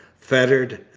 fettered,